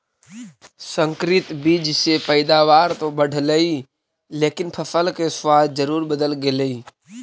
संकरित बीज से पैदावार तो बढ़लई लेकिन फसल के स्वाद जरूर बदल गेलइ